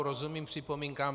Rozumím připomínkám.